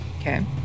Okay